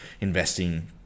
investing